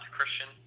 Christian